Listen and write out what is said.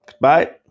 Bye